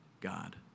God